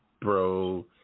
bro